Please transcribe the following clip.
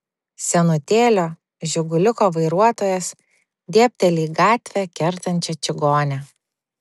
senutėlio žiguliuko vairuotojas dėbteli į gatvę kertančią čigonę